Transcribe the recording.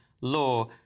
law